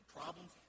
problems